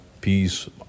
peace